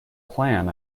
plan